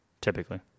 Typically